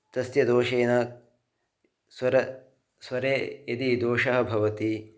तस्य दोषेन स्वरे स्वरे यदि दोषः भवति